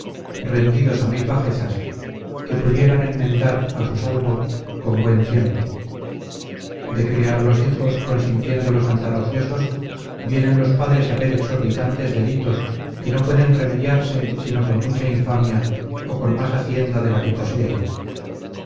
rendidos a mil bajezas que pudieran remediar a su salvo con buen tiempo de criar los hijos consintiéndolos andar ociosos vienen los padres a ver exorbitantes delitos que no pueden remediarse sino con mucha infamia o con mas hacienda de la que poseen